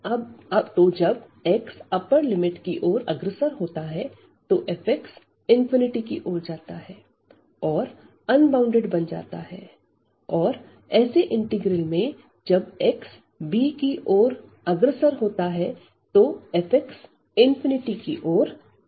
तो जब x upper limit की ओर अग्रसर होता है तो fx की ओर जाता है और अनबॉउंडेड बन जाता है और ऐसे इंटीग्रल में जब x b की ओर अग्रसर होता है fx की ओर जाता है